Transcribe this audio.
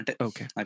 Okay